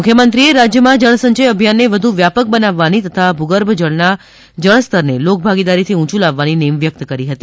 મુખ્યમંત્રીએ રાજ્યમાં જળસંચય અભિયાનને વધુ વ્યાપક બનાવવાની તથા ભૂગર્ભગના જળસ્તરને લોકભાગીદારીથી ઉંયુ લાવવાની નેમ વ્યક્ત કરી હતી